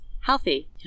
healthy